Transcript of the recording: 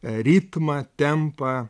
ritmą tempą